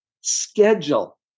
Schedule